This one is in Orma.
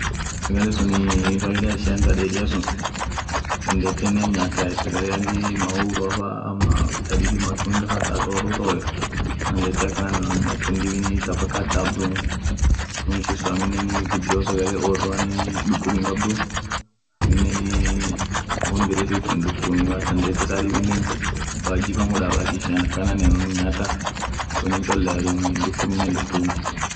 sagale sun faida ishian ta dedian dandeeteenen hinyaatai dibin mahogoa fa dibin matunda fa wooren dada teenen hinyaat mpka atin daabdumu.duum ishin sun gudion sagale dugukub hinkabdua aminen won biri siit hinduftuuni, dadeete akanaanean hinyaata sunin cholea duumin dukubiinen hinduftuuni